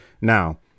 now